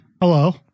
hello